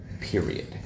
Period